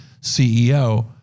CEO